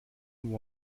nur